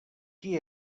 qui